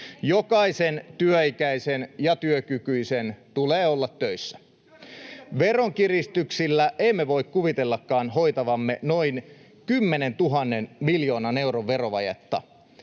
Saramo: Työnnätte heidät toimeentulotuelle!] Veronkiristyksillä emme voi kuvitellakaan hoitavamme noin 10 000 miljoonan euron vajetta